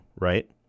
right